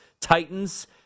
Titans